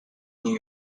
new